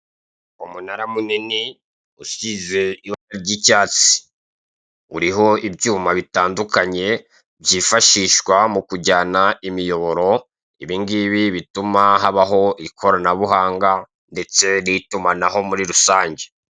Umunara munini usize ibara ry'icyatsi uriho ibyuma bitandukanye byifashishwa mu kujyana imiyoboro. Ibingibi bituma habaho ikorananbuhanga ndetse n'itumanaho muri rusange